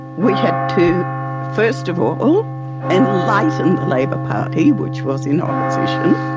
we had to first of all enlighten the labor party, which was in opposition,